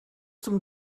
zum